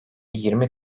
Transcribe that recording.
yirmi